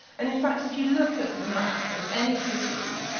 and, in fact, if you look at the map of any city